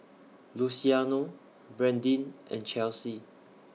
Luciano Brandyn and Chelsey